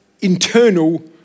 internal